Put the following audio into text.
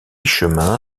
chemin